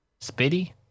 spitty